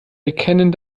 erkennen